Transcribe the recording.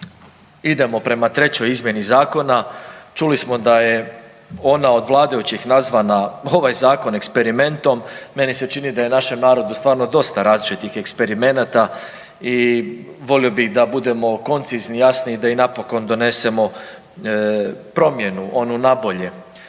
idemo prema trećoj izmjeni zakona, čuli smo da je ona od vladajućih nazvana ovaj zakon eksperimentom, meni se čini da je našem narodu stvarno dosta različitih eksperimenata i volio bih da budemo koncizni i jasni i da napokon donesemo promjenu onu nabolje.